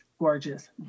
Gorgeous